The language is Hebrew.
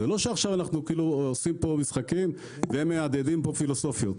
זה לא שעכשיו אנחנו עושים משחקים ומהדהדים פה פילוסופיות,